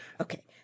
Okay